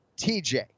TJ